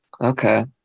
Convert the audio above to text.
Okay